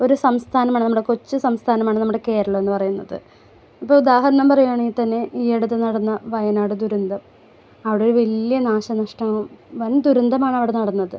ഒരു സംസ്ഥാനമാണ് നമ്മളുടെ കൊച്ചു സംസ്ഥാനമാണ് നമ്മുടെ കേരളമെന്ന് പറയുന്നത് ഇപ്പോൾ ഉദാഹരണം പറയുവാണെങ്കിൽ തന്നെ ഈ അടുത്ത് നടന്ന വയനാട് ദുരന്തം അവിടെ വലിയ നാശനഷ്ടം വൻ ദുരന്തമാണ് അവിടെ നടന്നത്